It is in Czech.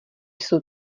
jsou